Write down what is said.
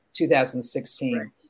2016